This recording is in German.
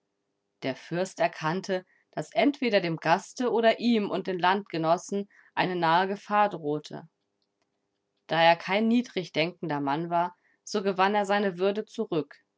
der fürst erkannte daß entweder dem gaste oder ihm und den landgenossen eine nahe gefahr drohe da er kein niedrig denkender mann war so gewann er seine würde zurück